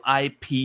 IP